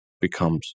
becomes